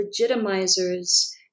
legitimizers